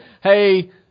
Hey